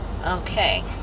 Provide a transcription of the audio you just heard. Okay